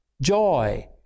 joy